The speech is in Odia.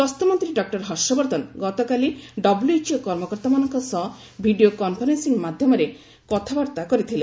ସ୍ୱାସ୍ଥ୍ୟ ମନ୍ତ୍ରୀ ଡକ୍ଟର ହର୍ଷବର୍ଦ୍ଧନ ଗତକାଲି ଡବ୍ଲ୍ୟଏଚ୍ଓ କର୍ମକର୍ତ୍ତାମାନଙ୍କ ସହ ଭିଡ଼ିଓ କନ୍ଫରେନ୍ଦିଂ ମାଧ୍ୟମରେ କଥାବର୍ତ୍ତା କରିଥିଲେ